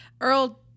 Earl